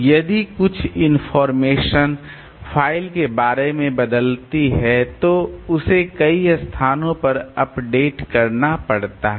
यदि कुछ information file के बारे में बदलती है तो उसे कई स्थानों पर अपडेट करना पड़ता है